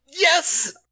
Yes